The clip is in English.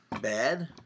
bad